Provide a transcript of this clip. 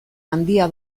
handia